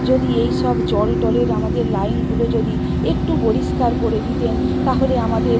যদি এই সব জল টলের আমাদের লাইনগুলো যদি একটু পরিষ্কার করে দিতেন তাহলে আমাদের